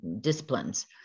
disciplines